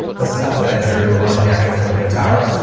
the stuff that i drew onto the actual tokyo tower.